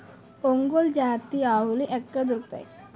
ఒంగోలు జాతి ఆవులు ఎక్కడ దొరుకుతాయి?